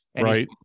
right